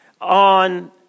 on